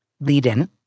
lead-in